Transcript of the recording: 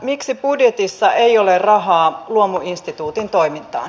miksi budjetissa ei ole rahaa luomuinstituutin toimintaan